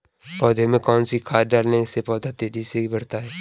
पौधे में कौन सी खाद डालने से पौधा तेजी से बढ़ता है?